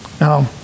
Now